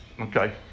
okay